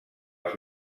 els